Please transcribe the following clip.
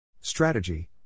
Strategy